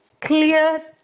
clear